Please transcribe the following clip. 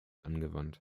angewandt